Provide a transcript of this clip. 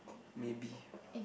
maybe